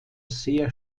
sehr